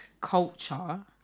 culture